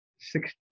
six